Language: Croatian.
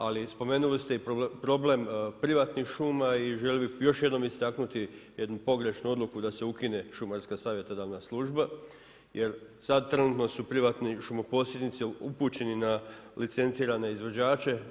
Ali spomenuli ste i problem privatnih šuma i želio bih još jednom istaknuti jednu pogrešnu odluku da se ukine šumarska savjetodavna služba, jer sad trenutno su privatni šumoposjednici upućeni na licencirane izvođače.